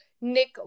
Nick